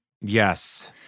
Yes